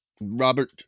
Robert